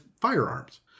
firearms